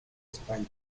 españa